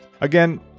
Again